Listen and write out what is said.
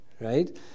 right